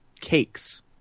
cakes